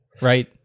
right